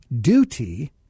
duty